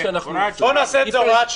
דבר שלישי,